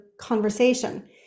conversation